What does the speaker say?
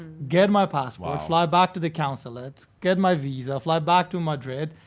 get my passport, fly back to the consulate, get my visa, fly back to madrid.